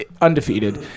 undefeated